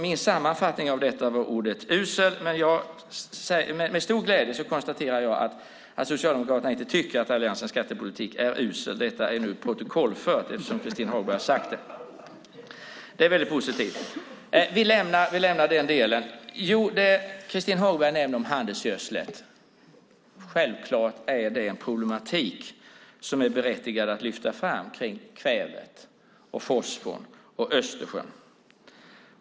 Min sammanfattning av detta var ordet "usel", men med stor glädje konstaterar jag att Socialdemokraterna inte tycker att Alliansens skattepolitik är usel. Detta är nu protokollfört, eftersom Christin Hagberg har sagt det. Det är väldigt positivt. Vi lämnar den delen. Christin Hagberg nämner handelsgödslet. Självklart är det en problematik att lyfta fram om kvävet och Östersjön.